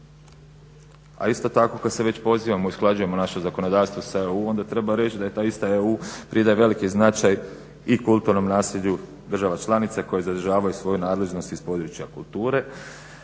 A isto tako kad se već pozivamo i usklađujemo naše zakonodavstvo sa EU onda treba reći da je ta ista EU pridaje veliki značaj i kulturnom nasljeđu država članica koje zadržavaju svoju nadležnost iz područja kulture,